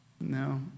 No